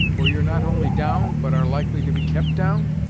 where you're not only down, but are likely to be kept down!